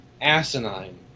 asinine